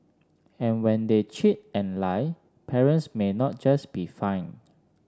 and when they cheat and lie parents may not just be fined